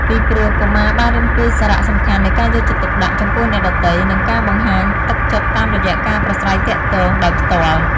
ពីព្រោះ កុមារបានរៀនពីសារៈសំខាន់នៃការយកចិត្តទុកដាក់ចំពោះអ្នកដទៃ និងការបង្ហាញទឹកចិត្តតាមរយៈការប្រាស្រ័យទាក់ទងដោយផ្ទាល់។